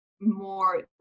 more